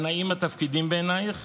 הנאים התפקידים בעיניך?